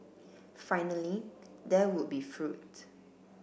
finally there would be fruit